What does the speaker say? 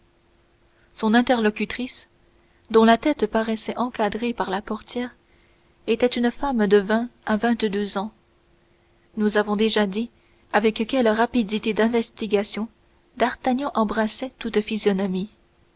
son interlocutrice dont la tête apparaissait encadrée par la portière était une femme de vingt à vingt-deux ans nous avons déjà dit avec quelle rapidité d'investigation d'artagnan embrassait toute une physionomie